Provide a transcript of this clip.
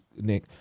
nick